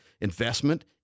investment